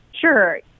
Sure